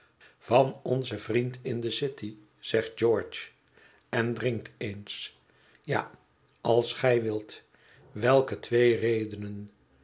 van onzen vriend in de city zegt george en drinkt eens ja als gij wilt welke twee redenen